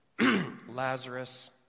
Lazarus